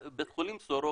בית חולים סורוקה,